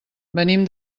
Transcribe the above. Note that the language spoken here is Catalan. venim